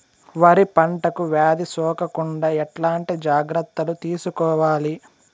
వరి పంటకు వ్యాధి సోకకుండా ఎట్లాంటి జాగ్రత్తలు తీసుకోవాలి?